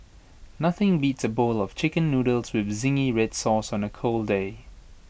nothing beats A bowl of Chicken Noodles with Zingy Red Sauce on A cold day